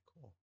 cool